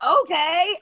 okay